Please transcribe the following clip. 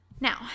Now